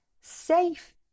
safe